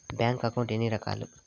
bank account ఎన్ని రకాలు